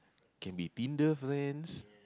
can be Tinder friends